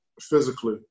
physically